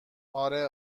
اره